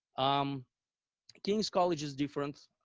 um king's college is different,